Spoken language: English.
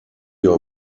your